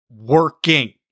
working